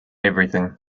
everything